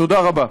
תודה רבה.